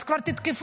אז כבר תתקפו,